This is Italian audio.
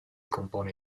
compone